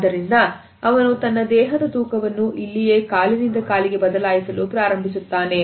ಆದ್ದರಿಂದ ಅವನು ತನ್ನ ದೇಹದ ತೂಕವನ್ನು ಇಲ್ಲಿಯೇ ಕಾಲಿನಿಂದ ಕಾಲಿಗೆ ಬದಲಾಯಿಸಲು ಪ್ರಾರಂಭಿಸುತ್ತಾನೆ